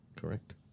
Correct